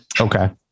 okay